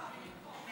מפה.